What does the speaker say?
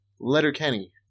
Letterkenny